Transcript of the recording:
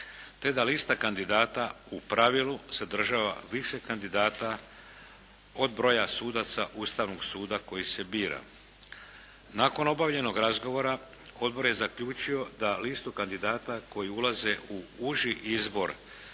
te da lista kandidata u pravilu sadržava više kandidata od broja sudaca Ustavnog suda koji se bira. Nakon obavljenog razgovora, odbor je zaključio da listu kandidata koji ulaze u uži izbor